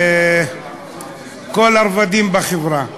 לכל הרבדים בחברה.